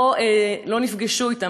לא נפגשו אתן.